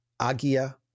agia